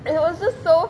it was just so